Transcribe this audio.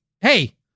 hey